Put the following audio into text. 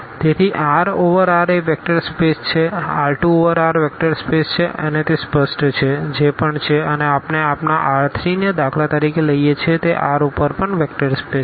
તેથી R over R એ vector space છે R2 over R vector space છે તે સ્પષ્ટ છે જે પણ છે અને આપણે આપણા R3 ને દાખલા તરીકે લઈએ છીએ તે R ઉપર પણ વેક્ટર સ્પેસ છે